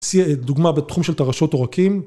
דוגמה בתחום של טרשות עורקים.